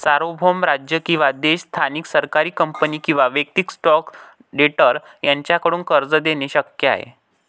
सार्वभौम राज्य किंवा देश स्थानिक सरकारी कंपनी किंवा वैयक्तिक स्टॉक ट्रेडर यांच्याकडून कर्ज देणे शक्य आहे